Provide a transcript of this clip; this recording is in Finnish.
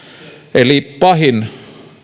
eli